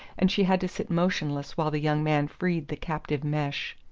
and she had to sit motionless while the young man freed the captive mesh.